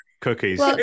Cookies